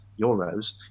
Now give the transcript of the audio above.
euros